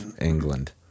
England